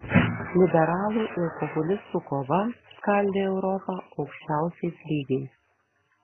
liberalų ir populistų kova skaldė europą aukščiausiais lygiais